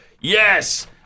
Yes